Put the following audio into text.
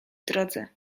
drodze